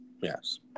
Yes